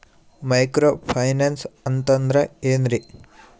Micro finance ಅಂತಂದ್ರ ಏನ್ರೀ?